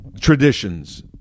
traditions